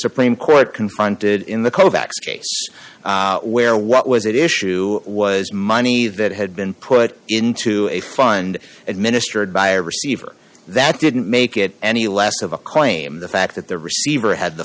supreme court confronted in the kovacs case where what was it issue was money that had been put into a fund administered by a receiver that didn't make it any less of a claim the fact that the receiver had the